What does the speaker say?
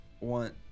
want